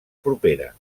propera